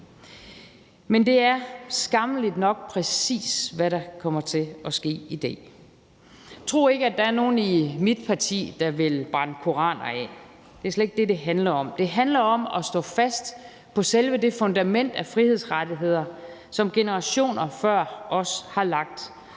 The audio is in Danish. Men det er skammeligt nok, præcis hvad der kommer til at ske i dag. Tro ikke, at der er nogen i mit parti, der vil brænde koraner af. Det er slet ikke det, det handler om. Det handler om at stå fast på selve det fundament af frihedsrettigheder, som generationer før os har lagt,